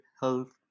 health